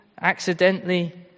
accidentally